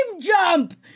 jump